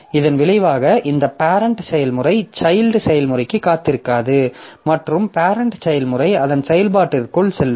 இதன் விளைவாக இந்த பேரெண்ட் செயல்முறை சைல்ட் செயல்முறைக்கு காத்திருக்காது மற்றும் பேரெண்ட் செயல்முறை அதன் செயல்பாட்டிற்குள் செல்லும்